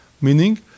Meaning